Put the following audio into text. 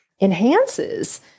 enhances